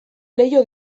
leiho